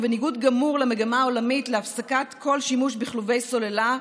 בניגוד גמור למגמה העולמית להפסקת כל שימוש בכלובי סוללה,